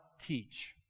teach